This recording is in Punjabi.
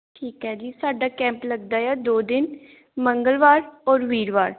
ਠੀਕ ਹੈ ਜੀ ਸਾਡਾ ਕੈਂਪ ਲੱਗਦਾ ਆ ਦੋ ਦਿਨ ਮੰਗਲਵਾਰ ਔਰ ਵੀਰਵਾਰ